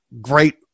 great